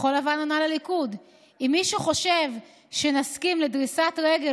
כחול לבן עונה לליכוד: אם מישהו חושב שנסכים לדריסת רגל